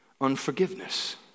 unforgiveness